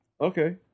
Okay